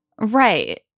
Right